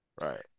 right